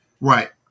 Right